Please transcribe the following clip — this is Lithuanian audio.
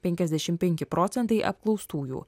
penkiasdešimt penki procentai apklaustųjų